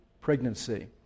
pregnancy